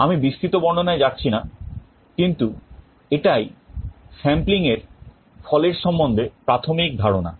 আমি বিস্তৃত বর্ণনায় যাচ্ছি না কিন্তু এটাই sampling এর ফলের সম্বন্ধে প্রাথমিক ধারণা